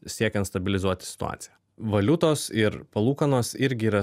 siekiant stabilizuoti situaciją valiutos ir palūkanos irgi yra